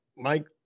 Mike